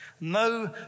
No